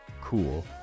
cool